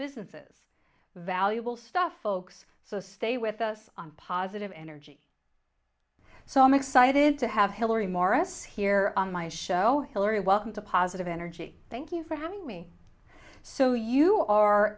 businesses valuable stuff folks so stay with us on positive energy so i'm excited to have hillary morris here on my show hilary welcome to positive energy thank you for having me so you are